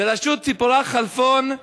בראשות ציפורה חלפון,